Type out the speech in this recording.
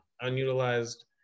unutilized